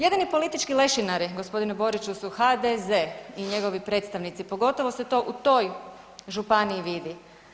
Jedini politički lešinari g. Boriću su HDZ i njegovi predstavnici, pogotovo se to u toj županiji vidi.